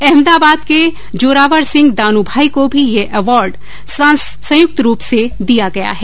अहमदाबाद के जोरावर सिंह दानुभाई को भी यह अवार्ड संयुक्त रूप से दिया गया है